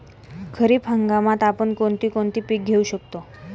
खरीप हंगामात आपण कोणती कोणती पीक घेऊ शकतो?